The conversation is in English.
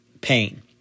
pain